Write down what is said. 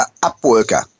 Upworker